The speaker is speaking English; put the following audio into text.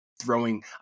throwing